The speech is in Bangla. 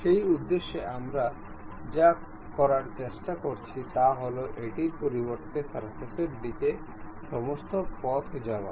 সেই উদ্দেশ্যে আমরা যা করার চেষ্টা করছি তা হল এটির পরিবর্তে সারফেসের দিকে সমস্ত পথ যাওয়া